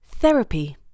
Therapy